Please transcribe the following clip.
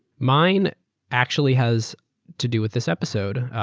mine actually has to do with this episode,